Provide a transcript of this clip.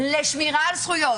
לשמירה על זכויות